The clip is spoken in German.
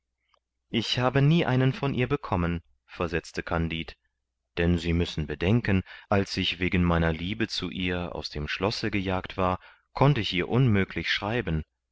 ich habe nie einen von ihr bekommen versetzte kandid denn sie müssen bedenken als ich wegen meiner liebe zu ihr aus dem schlosse gejagt war konnt ich ihr unmöglich schreiben